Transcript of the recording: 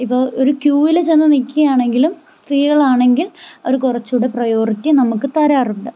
ഇത് ഒരു ക്യൂവിൽ ചെന്ന് നിൽക്കുകയാണങ്കിലും സ്ത്രീകളാണെങ്കിൽ അവർ കുറച്ചുകൂടെ പ്രയോറിറ്റി നമുക്ക് തരാറുണ്ട്